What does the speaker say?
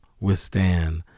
withstand